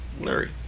Larry